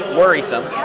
worrisome